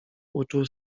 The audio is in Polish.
uczuł